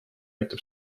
aitab